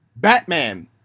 Batman